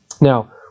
Now